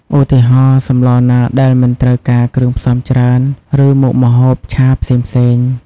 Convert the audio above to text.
ឧទាហរណ៍ សម្លរណាដែលមិនត្រូវការគ្រឿងផ្សំច្រើន ឬមុខម្ហូបឆាផ្សេងៗ ។